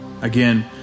Again